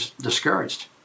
discouraged